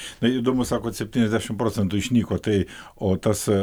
na įdomu sakot septyniasdešimprocentų išnyko tai o tas